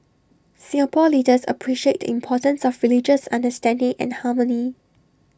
Singapore leaders appreciate the importance of religious understanding and harmony